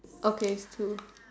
okay two